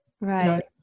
Right